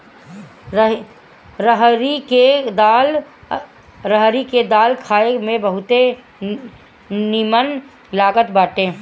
रहरी के दाल खाए में बहुते निमन लागत बाटे